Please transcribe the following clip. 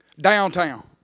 downtown